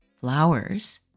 flowers